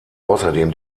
außerdem